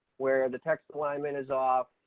where the text alignment is off,